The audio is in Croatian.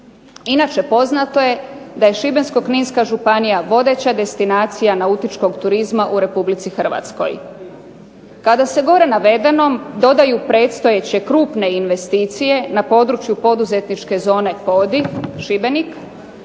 Inače, poznato je da je Šibensko-kninska županija vodeća destinacija nautičkog turizma u Republici Hrvatskoj. Kada se gore navedenom dodaju predstojeće krupne investicije na području poduzetničke zone Podij Šibenik